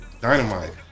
Dynamite